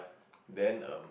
then um